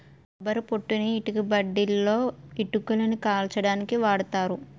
కొబ్బరి పొట్టుని ఇటుకబట్టీలలో ఇటుకలని కాల్చడానికి వాడతారు